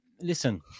listen